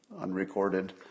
unrecorded